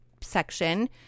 section